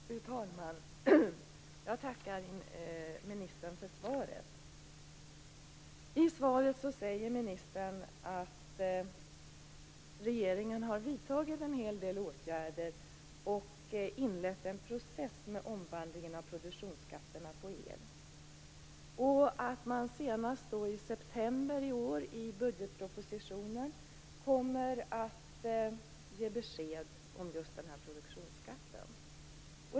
Fru talman! Jag tackar ministern för svaret. I svaret säger ministern att regeringen har vidtagit en hel del åtgärder och inlett en process med omvandlingen av produktionsskatterna på el och att man senast i september i år i budgetpropositionen kommer att ge besked om just den här produktionsskatten.